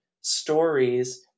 stories